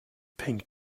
pink